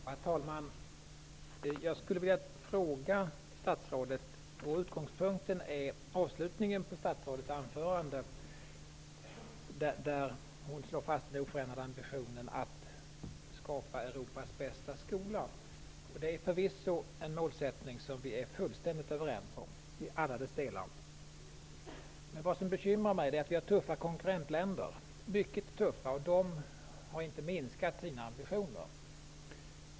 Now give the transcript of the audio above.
Herr talman! Jag skulle vilja ställa en fråga till statsrådet. Utgångspunkten är avslutningen på statsrådets anförande. Hon slår där fast den oförändrade ambitionen att skapa Europas bästa skola. Det är en målsättning som vi förvisso är överens om i alla delar. Vad som bekymrar mig är att vi har mycket tuffa konkurrentländer. De har inte minskat sina ambitioner.